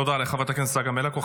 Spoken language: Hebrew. תודה לחברת הכנסת צגה מלקו.